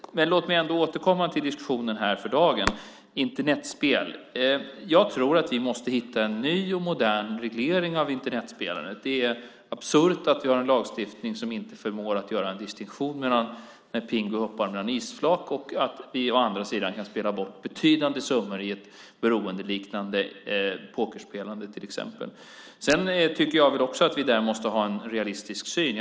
Låt mig ändå återkomma till diskussionen här för dagen och Internetspel. Jag tror att vi måste hitta en ny och modern reglering av Internetspelandet. Det är absurt att vi har en lagstiftning som inte förmår göra en distinktion mellan Pingu som hoppar mellan isflak och att vi kan spela bort betydande summor i ett beroendeliknande pokerspelande till exempel. Jag tycker också att vi måste ha en realistisk syn.